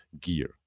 gear